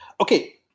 Okay